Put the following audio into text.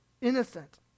Innocent